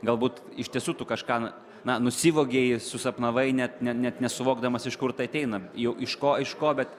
galbūt iš tiesų tu kažką na na nusivogei susapnavai net net nesuvokdamas iš kur tai ateina jau iš ko iš ko bet